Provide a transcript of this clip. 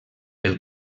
pel